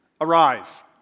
arise